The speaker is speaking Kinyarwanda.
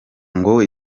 ngo